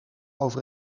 over